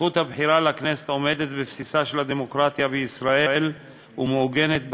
זכות הבחירה לכנסת עומדת בבסיסה של הדמוקרטיה בישראל ומעוגנת בחוק-יסוד: